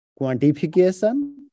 quantification